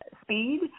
speed